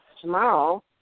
tomorrow